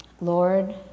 Lord